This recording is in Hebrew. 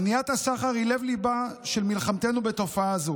מניעת הסחר היא לב-ליבה של מלחמתנו בתופעה זו.